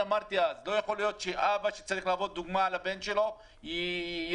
אמרתי שאב שצריך להוות דוגמה לבן שלו ולא יכול להיות